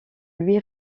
lui